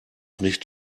nicht